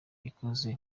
ikoze